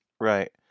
Right